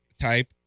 type